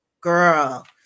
Girl